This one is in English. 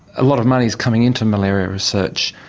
a lot of money is coming into malaria research,